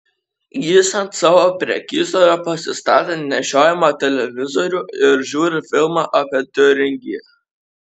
jis ant savo prekystalio pasistatė nešiojamą televizorių ir žiūri filmą apie tiuringiją